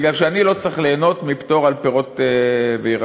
כי אני לא צריך ליהנות מפטור ממס על פירות וירקות,